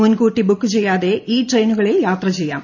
മുൻകൂട്ടി ബുക്ക് ചെയ്യാതെ ഈ ട്രെയിനുകളിൽ യാത്ര ചെയ്യാം